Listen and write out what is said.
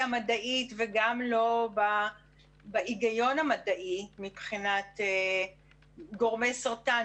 המדעית וגם לא בהיגיון המדעי מבחינת גורמי סרטן,